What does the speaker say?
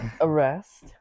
arrest